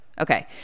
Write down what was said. Okay